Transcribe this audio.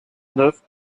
neuf